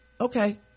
okay